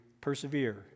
persevere